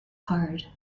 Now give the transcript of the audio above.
card